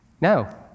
No